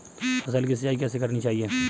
फसल की सिंचाई कैसे करनी चाहिए?